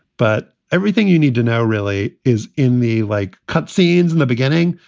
but everything you need to know really is in the. like cut scenes in the beginning.